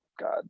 God